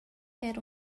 era